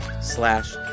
slash